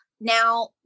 Now